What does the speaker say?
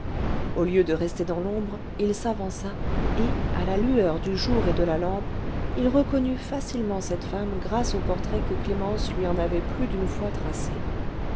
au lieu de rester dans l'ombre il s'avança et à la lueur du jour et de la lampe il reconnut facilement cette femme grâce au portrait que clémence lui en avait plus d'une fois tracé